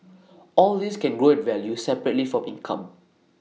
all these can grow in value separately from income